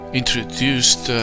introduced